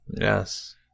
yes